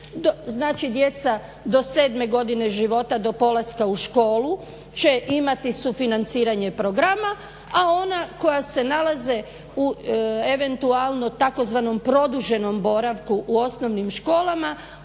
znači djeca do 7.godine života do polaska u školu će imati sufinanciranje programa, a ona koja se nalaze u eventualno u tzv. produženom boravku u osnovnim školama,